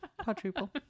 quadruple